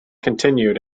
continued